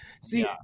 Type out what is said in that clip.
See